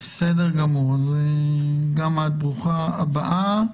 גם את ברוכה הבאה.